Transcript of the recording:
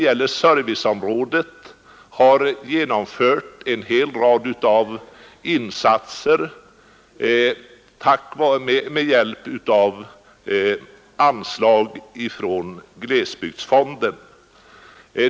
På serviceområdet har genomförts en hel rad av insatser med hjälp av anslag från glesbygdsfonden.